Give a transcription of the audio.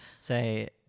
say